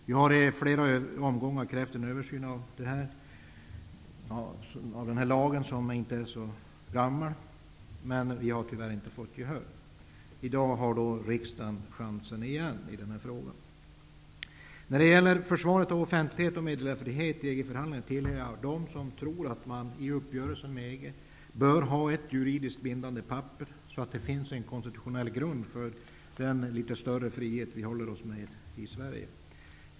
Vi har i flera omgångar krävt en översyn av denna lag, som inte är så gammal, men vi har tyvärr inte fått gehör för det. I dag har riksdagen chansen igen i denna fråga. När det gäller försvaret av offentlighet och meddelarfrihet i EG-förhandlingar tillhör jag dem som tror att vi i uppgörelsen med EG bör ha ett juridiskt bindande papper så att det finns en konstitutionell grund för den litet större frihet vi håller oss med i Sverige.